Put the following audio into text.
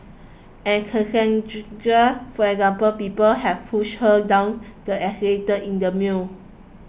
and Cassandra for example people have pushed her down the escalator in the mall